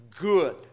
good